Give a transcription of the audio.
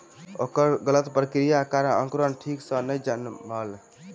ओकर गलत प्रक्रिया के कारण अंकुरण ठीक सॅ नै जनमलै